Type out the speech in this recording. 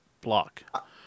block